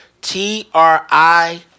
T-R-I